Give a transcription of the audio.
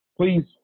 Please